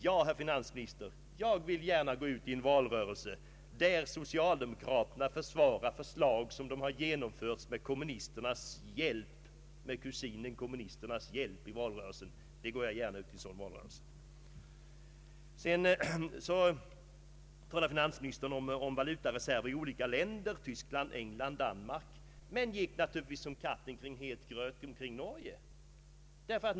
Ja, herr finansminister, jag vill gärna gå ut i en valrörelse där socialdemokraterna försvarar förslag som de har genomfört med kusinerna kommunisternas hjälp. Så talade finansministern om valutareserven i olika länder. Han nämnde Tyskland, England och Danmark men gick naturligtvis som katten kring het gröt när det gällde Norge.